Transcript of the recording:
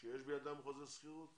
שיש בידם חוזה שכירות